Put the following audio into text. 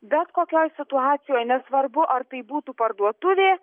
bet kokioj situacijoj nesvarbu ar tai būtų parduotuvė